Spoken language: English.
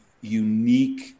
unique